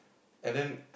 and then